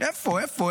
איפה?